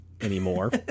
anymore